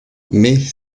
mais